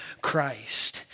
Christ